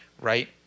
right